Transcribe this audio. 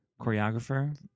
choreographer